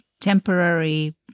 temporary